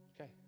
Okay